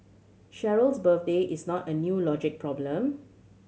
Cheryl's birthday is not a new logic problem